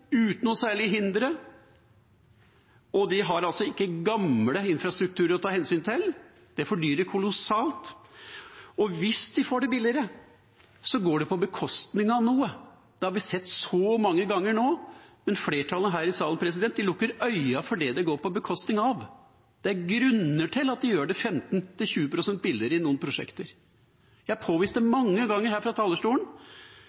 uten noen særlig hindre. De har altså ikke gamle infrastrukturer å ta hensyn til, som fordyrer kolossalt. Og hvis de får det til billigere, går det på bekostning av noe. Det har vi sett så mange ganger nå, men flertallet her i salen lukker øynene for det det går på bekostning av. Det er grunner til at de gjør det 15–20 pst. billigere i noen prosjekter. Jeg